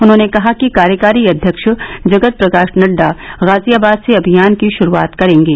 उन्होंने कहा कि कार्यकारी अध्यक्ष जगत प्रकाश नड्डा गाजियाबाद से अभियान की शुरूआत करेंगे